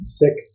six